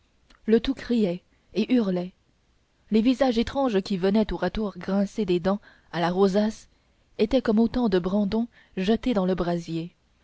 le tout criait et hurlait les visages étranges qui venaient tour à tour grincer des dents à la rosace étaient comme autant de brandons jetés dans le brasier